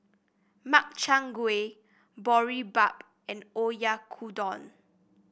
Makchang Gui Boribap and Oyakodon